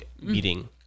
meeting